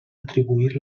atribuir